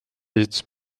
esitas